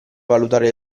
valutare